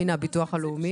הנה הביטוח הלאומי,